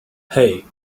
hey